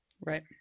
Right